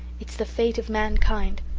it's the fate of mankind.